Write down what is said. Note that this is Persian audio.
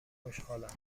خوشحالم